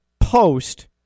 post